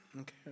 Okay